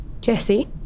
Jesse